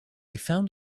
found